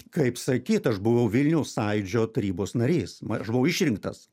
kaip sakyt aš buvau vilniaus sąjūdžio tarybos narys ma aš buvau išrinktas